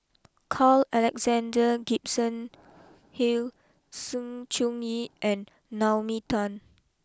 Carl Alexander Gibson Hill Sng Choon Yee and Naomi Tan